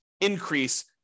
increase